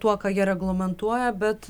tuo ką jie reglamentuoja bet